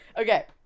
Okay